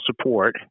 support